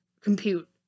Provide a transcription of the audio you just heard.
compute